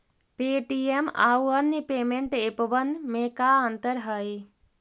Paytm आउ अन्य payment एपबन में का अंतर हई?